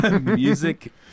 Music